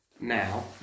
now